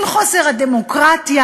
עם חוסר הדמוקרטיה,